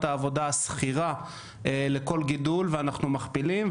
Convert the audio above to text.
העבודה הסחירה לכל גידול ואנחנו מגדילים.